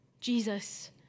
Jesus